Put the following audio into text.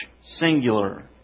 singular